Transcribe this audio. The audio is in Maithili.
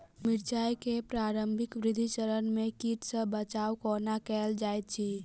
मिर्चाय केँ प्रारंभिक वृद्धि चरण मे कीट सँ बचाब कोना कैल जाइत अछि?